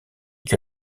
que